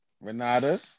Renata